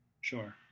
Sure